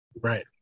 Right